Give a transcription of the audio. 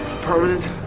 permanent